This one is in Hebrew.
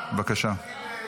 בבקשה.